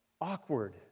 awkward